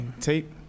Tape